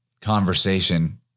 conversation